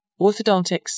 orthodontics